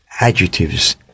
adjectives